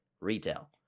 retail